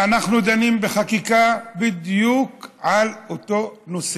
ואנחנו דנים בחקיקה בדיוק על אותו נושא,